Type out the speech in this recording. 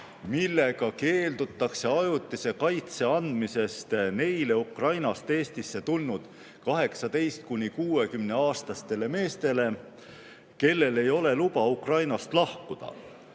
millega keeldutakse ajutise kaitse andmisest neile Ukrainast Eestisse tulnud 18–60‑aastastele meestele, kellel ei ole luba Ukrainast lahkuda,